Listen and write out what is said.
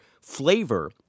flavor